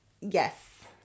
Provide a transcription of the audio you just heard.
Yes